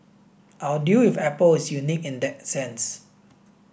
our deal with Apple is unique in that sense